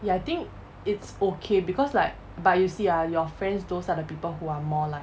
ya I think it's okay because like but you see ah your friends those other people who are more like